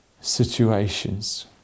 situations